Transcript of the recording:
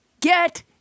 get